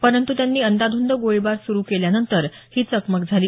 परंतु त्यांनी अंदाधुंद गोळीबार सुरू केल्यानंतर ही चकमक झाली